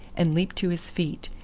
and leaped to his feet,